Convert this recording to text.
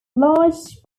large